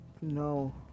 No